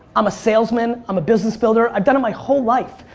i'm a salesman, i'm a business builder. i've done it my whole life.